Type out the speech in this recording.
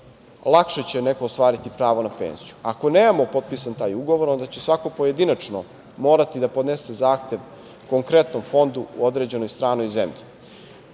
lakše će neko ostvariti pravo na penziju, ako nemamo potpisan taj ugovor onda će svako pojedinačno morati da podnese zahtev konkretnom fondu u određenoj stranoj zemlji. Upravo,